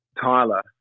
Tyler